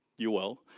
you will.